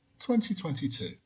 2022